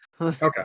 Okay